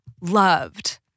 loved